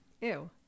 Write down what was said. Ew